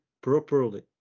properly